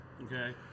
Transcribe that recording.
Okay